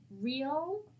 real